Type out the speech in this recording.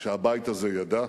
שהבית הזה ידע,